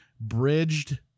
bridged